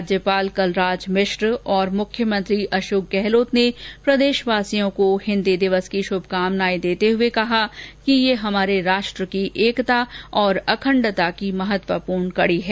राज्यपाल कलराज मिश्र और मुख्यमंत्री अशोक गहलोत ने प्रदेशवासियों को हिन्दी दिवस की शुभकामनाएं देते हुए कहा कि ये हमारे राष्ट्र की एकता और अखंडता की महत्वपूर्ण कड़ी है